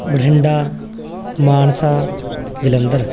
Bathinda Mansa Jalandhar